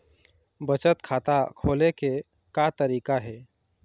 बचत खाता खोले के का तरीका हे?